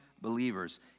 believers